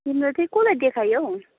तिम्रो चाहिँ कसलाई देखायौँ